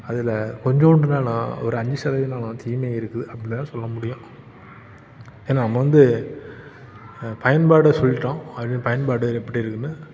அதில் கொஞ்சோண்டுனாலும் ஒரு அஞ்சு சதவீதமாச்சு தீமை இருக்குது அப்படின்னு தாங்க சொல்ல முடியும் ஏன்னா நம்ம வந்து பயன்பாடை சொல்லிவிட்டோம் அது பயன்பாடு எப்படி இருக்குன்னு